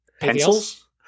Pencils